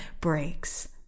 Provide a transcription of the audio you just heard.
breaks